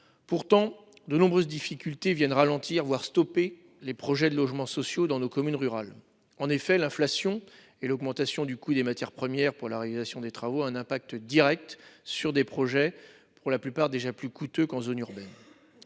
Pourtant de nombreuses difficultés viennent ralentir, voire stopper les projets de logements sociaux dans nos communes rurales en effet l'inflation et l'augmentation du coût des matières premières pour la réalisation des travaux, un impact Direct sur des projets pour la plupart déjà plus coûteux qu'en zone urbaine.